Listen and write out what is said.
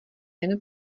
jen